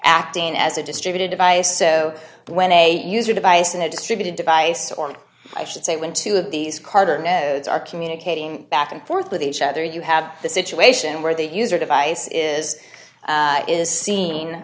acting as a distributed device so when a user device in a distributed device or i should say when two of these carter knows are communicating back and forth with each other you have the situation where the user device is is seen